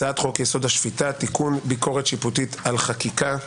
הצעת חוק יסוד: השפיטה (תיקון ביקורת שיפוטית על חקיקה).